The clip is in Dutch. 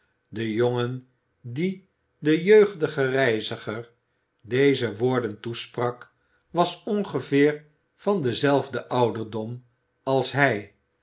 de jongen die den jeugdigen reiziger deze woorden toesprak was ongeveer van denzelfden ouderdom als hij